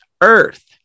Earth